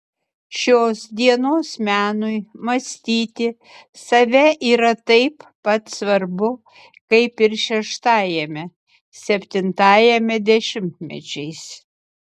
šios dienos menui mąstyti save yra taip pat svarbu kaip ir šeštajame septintajame dešimtmečiais